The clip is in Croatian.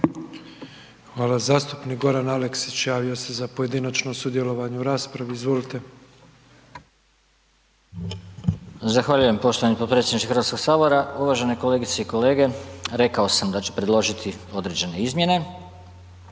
Hvala. Zastupnik javio se za pojedinačno sudjelovanje u raspravi, izvolite. **Aleksić, Goran (SNAGA)** Zahvaljujem poštovani potpredsjedniče Hrvatskog sabora, uvažene kolegice i kolege. Rekao sam da ću predložiti određene izmjene,